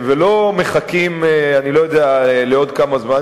ולא מחכים, אני לא יודע עוד כמה זמן.